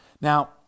Now